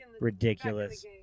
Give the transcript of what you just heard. ridiculous